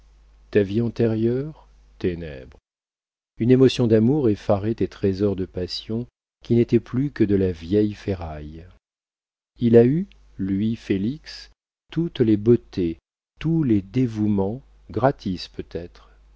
ta vie antérieure ténèbres une émotion d'amour effaçait tes trésors de passion qui n'étaient plus que de la vieille ferraille il a eu lui félix toutes les beautés tous les dévouements gratis peut-être